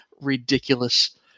ridiculous